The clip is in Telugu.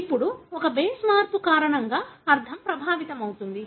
ఇప్పుడు ఒక బేస్ మార్పు కారణంగా అర్థం ప్రభావితమవుతుంది